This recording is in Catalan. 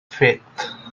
fet